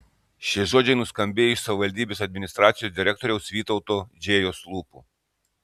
šie žodžiai nuskambėjo iš savivaldybės administracijos direktoriaus vytauto džėjos lūpų